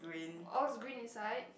all is green inside